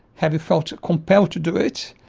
have you felt compelled to do it,